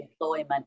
employment